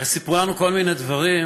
הרי סיפרו לנו כל מיני דברים,